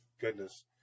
goodness